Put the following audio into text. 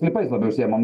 sklypais labai užsiimam